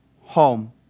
home